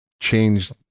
change